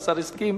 והשר הסכים.